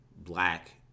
black